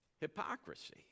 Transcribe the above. hypocrisy